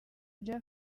bya